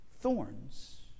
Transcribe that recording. thorns